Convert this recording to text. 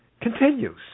continues